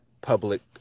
public